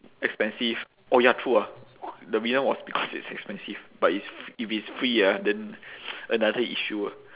expensive oh ya true ah the reason was because it's expensive but it's if it's free ah then another issue ah